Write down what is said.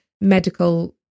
medical